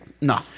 No